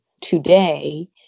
today